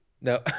no